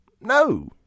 No